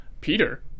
Peter